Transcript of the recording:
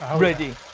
ready.